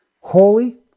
holy